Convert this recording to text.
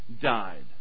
died